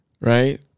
right